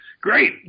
great